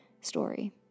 story